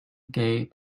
gay